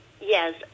Yes